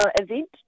event